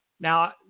Now –